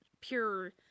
pure